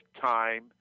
time